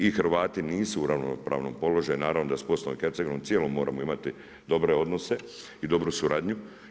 I Hrvati nisu u ravnopravnom položaju, naravno da sa BiH cijelom moramo imati dobre odnose i dobru suradnju.